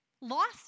Lost